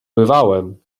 bywałem